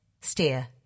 Steer